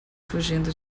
fugindo